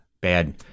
bad